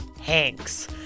Hanks